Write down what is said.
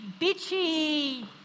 bitchy